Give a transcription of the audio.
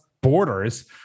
borders